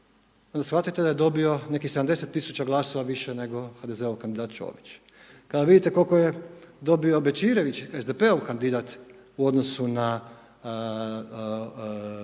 onda shvatite da je dobio nekih 70 000 glasova više nego HDZ-ov kandidat Čović. Kada vidite koliko je dobio Bećirević, SDP-ov kandidat u odnosu na